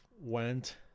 went